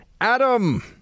Adam